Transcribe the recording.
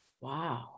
Wow